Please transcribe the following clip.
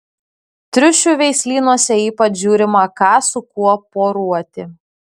triušių veislynuose ypač žiūrima ką su kuo poruoti